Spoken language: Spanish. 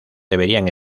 deberían